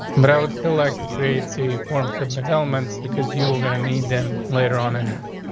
but i would still like to create a form, submit elements because you were going to need them later on anyway.